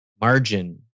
margin